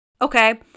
okay